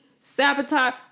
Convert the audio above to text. sabotage